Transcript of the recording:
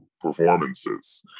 performances